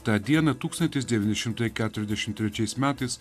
tą dieną tūkstantis devyni šimtai keturiasdešim trečiais metais